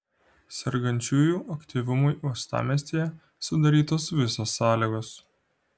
sergančiųjų aktyvumui uostamiestyje sudarytos visos sąlygos